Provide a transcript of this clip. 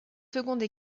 seconde